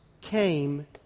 came